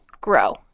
grow